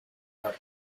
are